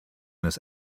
this